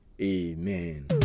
amen